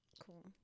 cool